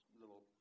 little